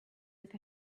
with